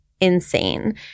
insane